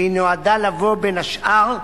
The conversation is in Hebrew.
והיא נועדה לבוא, בין השאר,